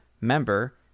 member